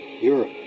Europe